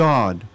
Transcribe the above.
God